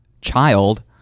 child